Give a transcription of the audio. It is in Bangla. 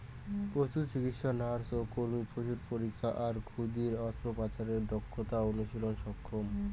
পশুচিকিৎসা নার্স ও কর্মী পশুর পরীক্ষা আর ক্ষুদিরী অস্ত্রোপচারের দক্ষতা অনুশীলনত সক্ষম